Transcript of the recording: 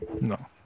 No